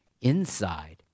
inside